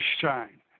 shine